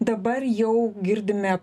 dabar jau girdime